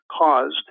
caused